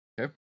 Okay